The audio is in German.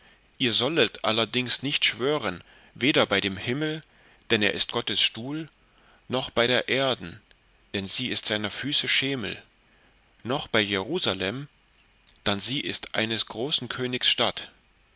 ihr sollet allerdings nicht schwören weder bei dem himmel dann er ist gottes stuhl noch bei der erden dann sie ist seiner füße schemel noch bei jerusalem dann sie ist eines großen königs statt